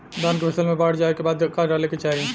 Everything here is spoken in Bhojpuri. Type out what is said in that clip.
धान के फ़सल मे बाढ़ जाऐं के बाद का डाले के चाही?